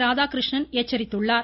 ராதாகிருஷ்ணன் எச்சரித்துள்ளார்